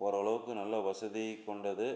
போகிற அளவுக்கு நல்ல வசதிக் கொண்டது